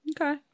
okay